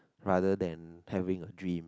rather than having a dream